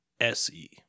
SE